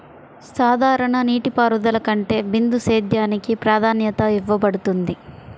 సాధారణ నీటిపారుదల కంటే బిందు సేద్యానికి ప్రాధాన్యత ఇవ్వబడుతుంది